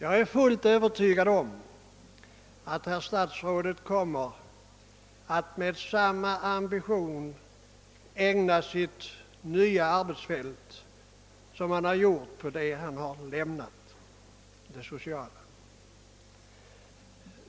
Att statsrådet med samma ambition som han visat på det område som han nu har lämnat — det sociala — kommer att ägna sig åt sitt nya arbetsfält är jag fullt övertygad om.